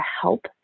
help